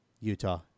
Utah